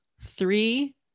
three